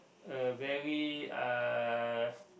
a very uh